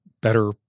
better